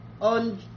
on